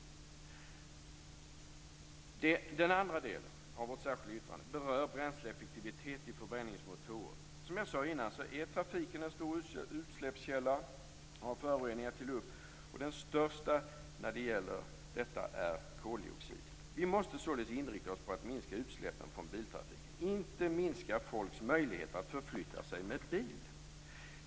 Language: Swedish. Den andra delen av vårt särskilda yttrande berör bränsleeffektivitet i förbränningsmotorer. Som jag sade innan är trafiken en stor utsläppskälla av föroreningar till luft, och den största när det gäller detta är koldioxid. Vi måste således inrikta oss på att minska utsläppen från biltrafiken, inte minska folks möjligheter att förflytta sig med bil.